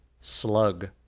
slug